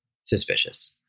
suspicious